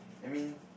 I mean